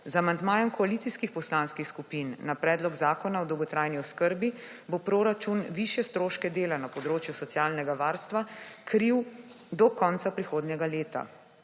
Z amandmajem koalicijskih poslanskih skupin na predlog zakona o dolgotrajni oskrbi bo proračun višje stroške dela na področju socialnega varstva kril do konca prihodnjega leta.